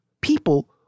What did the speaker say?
people